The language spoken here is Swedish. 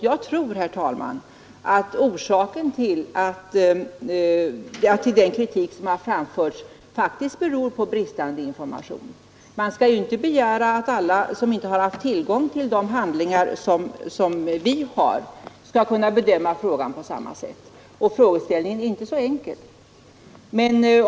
Jag tror, herr talman, att den kritik som framförts faktiskt beror på bristande information. Man skall inte begära att de som inte haft tillgång till de handlingar vi har skall kunna bedöma frågan på samma sätt, i synnerhet som frågeställningen inte är så enkel.